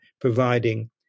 providing